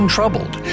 Troubled